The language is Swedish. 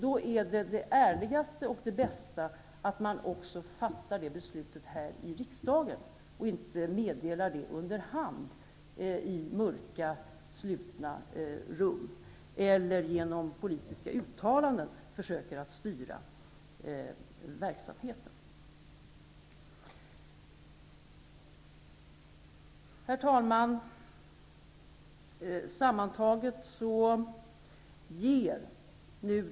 Det är då det ärligaste och bästa att man också fattar detta beslut här i riksdagen och inte meddelar det under hand i mörka slutna rum eller försöker att genom politiska uttalanden styra verksamheten. Herr talman!